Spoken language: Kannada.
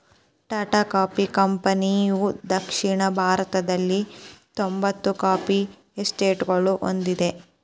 ಟಾಟಾ ಕಾಫಿ ಕಂಪನಿಯುದಕ್ಷಿಣ ಭಾರತದಲ್ಲಿಹತ್ತೊಂಬತ್ತು ಕಾಫಿ ಎಸ್ಟೇಟ್ಗಳನ್ನು ಹೊಂದಿದೆ